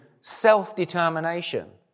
self-determination